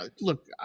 look